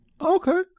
Okay